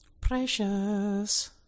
Precious